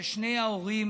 ששני ההורים